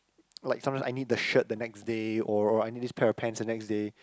like sometimes I need the shirt the next day or or I need this pair of pants the next day